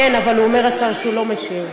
כן, אבל הוא אומר, השר, שהוא לא משיב.